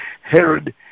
Herod